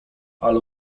ale